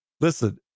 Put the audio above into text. Listen